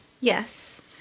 Yes